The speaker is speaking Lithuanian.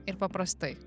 ir paprastai